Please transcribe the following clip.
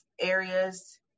areas